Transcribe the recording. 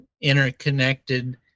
interconnected